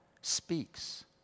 speaks